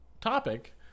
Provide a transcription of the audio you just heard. topic